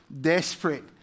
desperate